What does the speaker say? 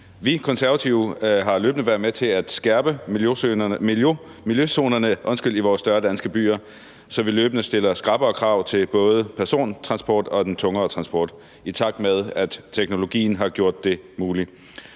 Vi Konservative har løbende været med til at skærpe miljøzonerne i vores større danske byer, så vi løbende stiller skrappere krav til både persontransport og den tungere transport, i takt med at teknologien har gjort det muligt.